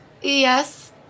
Yes